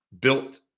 built